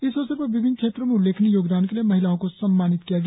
इस अवसर पर विभिन्न क्षेत्रों में उल्लेखनीय योगदान के लिए महिलाओं को सम्मानित किया गया